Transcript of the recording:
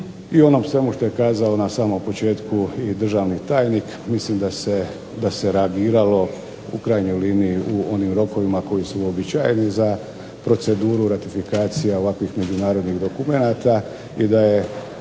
i onom svemu što je kazao na samom početku i državni tajnik. Mislim da se reagiralo u krajnjoj liniji u onim rokovima koji su uobičajeni za proceduru ratifikacija ovakvih međunarodnih dokumenata i da je